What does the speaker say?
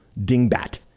dingbat